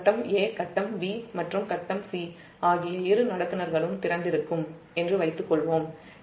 face 'a' phase 'b' மற்றும் phase 'c' ஆகிய இரு கடத்திகளும் திறந்திருக்கும் என்று வைத்துக்கொள்வோம்